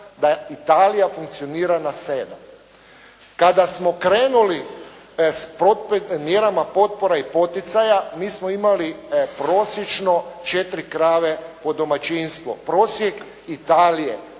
da Italija funkcionira na 7. Kada smo krenuli s mjerama potpora i poticaja mi smo imali prosječno četiri krave po domaćinstvu. Prosjek Italije,